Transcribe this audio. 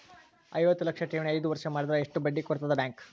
ಐವತ್ತು ಲಕ್ಷ ಠೇವಣಿ ಐದು ವರ್ಷ ಮಾಡಿದರ ಎಷ್ಟ ಬಡ್ಡಿ ಕೊಡತದ ಬ್ಯಾಂಕ್?